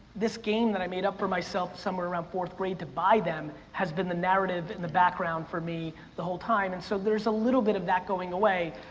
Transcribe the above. this game that i made up for myself somewhere around fourth grade to buy them has been the narrative and the background for me the whole time, and so there's a little bit of that going away.